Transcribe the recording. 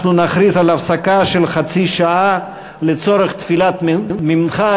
נכריז על הפסקה של חצי שעה לצורך תפילת מנחה,